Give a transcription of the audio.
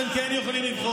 ברון אתם כן יכולים לבחור.